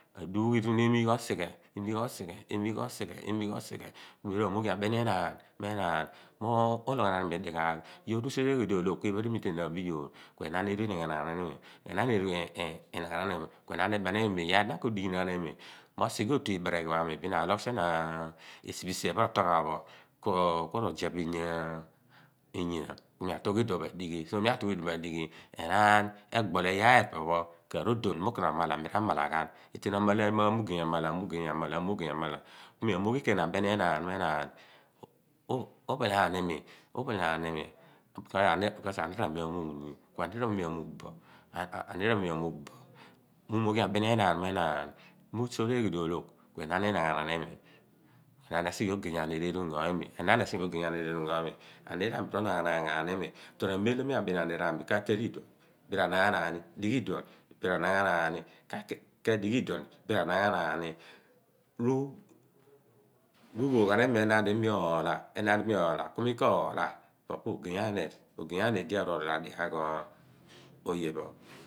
Aduugh iruni bin emiigh osighe emiigh osighe emiigh osighe ku mi aru a moghi amigh obeni enaan mo enaan uloghonaan iyoor dighaagh mo yoor usuur eeghe dioloogh? Kuenaan eru inaghanaan imi kuenaan ri naaghaanaan imi kue naan eru ibeniimi mo iyaar di na ku dighinaan imi mo sighe otu ibeereghi pho ami aloogh sien esi pho isee pho oyuan bo ku rizeh biinya so nii atuugh iduon pho miadighi miatuugh bo iduon pho miadighi bo ennan egbole iyaar pho epie pho ka rodon mukaraph amala miramalaghan mun. Eteen omala mugey amala mugey amla kumi amoghi keeny abeni enaan mu phel ani mi uphel animi because aniir ami amuugh ni kua niir pho ami amugh bo miu mooghi ni abeni enaan mo miusoor eeghe di oloogh kuenaan etu esighe ogey aniir ingo imi enaan esighe bo ogey aniir pho ingo imi aniir pho ami ru/naaghaanaan ghan i/mi mem lo mi abeni aniir ami mo ka tele iduon r/anaghaghani mia beni mo dighi iduon r/adighi ghan ni. Ru pho ghan imi erol daadi mioolha ku mi koolha opo poo gey aniir di aru orool adighaagh oye pho